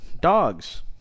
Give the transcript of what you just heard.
dogs